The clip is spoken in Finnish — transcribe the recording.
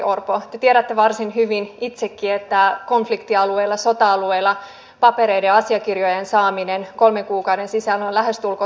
te tiedätte varsin hyvin itsekin että konfliktialueilla sota alueilla papereiden ja asiakirjojen saaminen kolmen kuukauden sisään on lähestulkoon mahdotonta